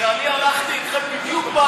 כשאני הלכתי איתכם בדיוק,